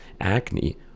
acne